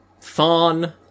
Thon